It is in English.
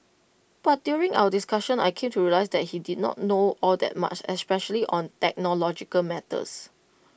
but during our discussion I came to realise that he did not know all that much especially on technological matters